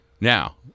Now